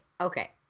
Okay